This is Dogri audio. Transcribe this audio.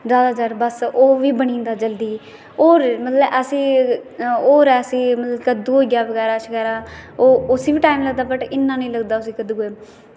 जादै शा जादै ओह् बी बनी जंदा जल्दी होर अस मतलब होर अस कद्दू होई गेआ बगैरा शगैरा उस्सी बी टाईम लगदा बट इन्ना निं लगदा कद्दुएं गी